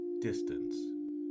distance